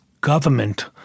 government—